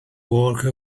work